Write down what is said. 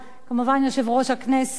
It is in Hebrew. כמובן יושב-ראש הכנסת,